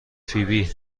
فیبی